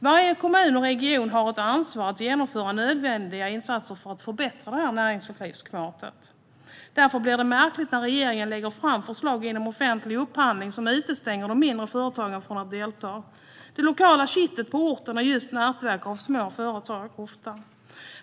Varje kommun och region har ett ansvar att genomföra nödvändiga insatser för att förbättra näringsklimatet. Det blir därför märkligt när regeringen lägger fram förslag inom offentlig upphandling som utestänger de mindre företagen från att delta. Det lokala kittet på orten är ofta just nätverket av små företag.